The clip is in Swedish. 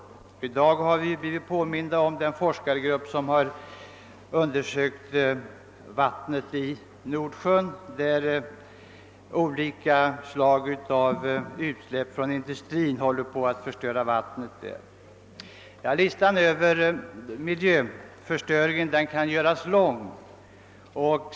I dag har vi blivit påminda om den forskargrupp som har undersökt vattnet i Nordsjön, där olika slag av utsläpp från industrin håller på att förstöra vattnet. Listan över miljöförstörande faktorer kan göras lång.